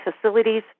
facilities